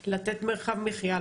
של לתת מרחב מחיה,